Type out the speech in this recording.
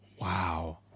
Wow